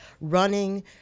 running